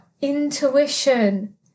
intuition